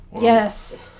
Yes